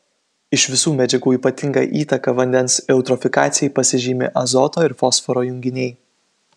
iš visų medžiagų ypatinga įtaka vandens eutrofikacijai pasižymi azoto ir fosforo junginiai